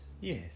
Yes